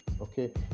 okay